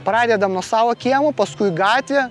pradedam nuo savo kiemo paskui gatvė